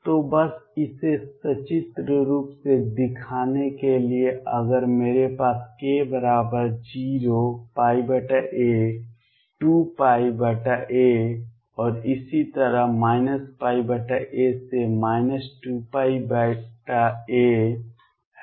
तो बस इसे सचित्र रूप से दिखाने के लिए अगर मेरे पास k बराबर 0 a 2a और इसी तरह a 2a है